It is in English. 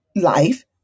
life